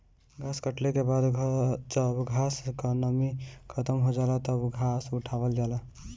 घास कटले के बाद जब घास क नमी खतम हो जाला तब घास उठावल जाला